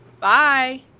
Bye